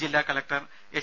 ജില്ലാ collector H